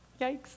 Yikes